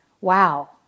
wow